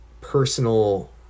personal